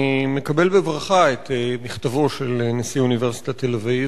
אני מקבל בברכה את מכתבו של נשיא אוניברסיטת תל-אביב,